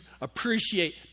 appreciate